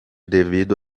devido